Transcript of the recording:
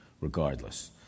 regardless